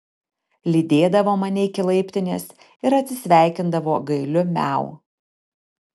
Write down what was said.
lydėdavo mane iki laiptinės ir atsisveikindavo gailiu miau